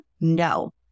No